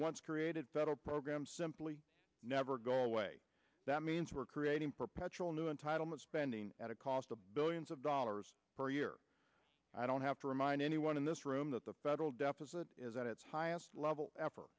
once created federal programs simply never go away that means we're creating perpetual new entitlement spending at a cost of billions of dollars per year i don't have to remind anyone in this room that the federal deficit is at its highest level after